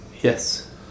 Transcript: Yes